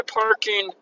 parking